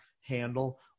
handle